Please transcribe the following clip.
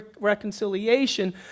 reconciliation